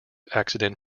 accident